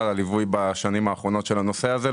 על הליווי בשנים האחרונות של הנושא הזה.